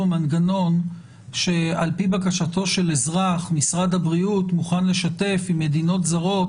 מנגנון שעל פי בקשתו של אזרח משרד הבריאות מוכן לשתף עם מדינות זרות